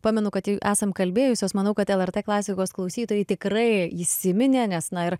pamenu kad esam kalbėjusios manau kad lrt klasikos klausytojai tikrai įsiminė nes na ir